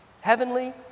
heavenly